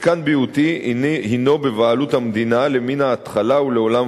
מתקן BOT הינו בבעלות המדינה למן ההתחלה ולעולם